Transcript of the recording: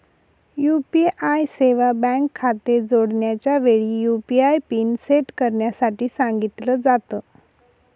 UPI सेवा bank खाते जोडण्याच्या वेळी, यु.पी.आय पिन सेट करण्यासाठी सांगितल जात